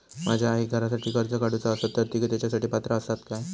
माझ्या आईक घरासाठी कर्ज काढूचा असा तर ती तेच्यासाठी पात्र असात काय?